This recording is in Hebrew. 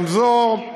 רמזור,